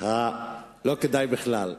לא כדאי בכלל.